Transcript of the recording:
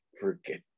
forget